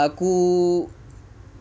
aku